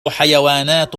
حيوانات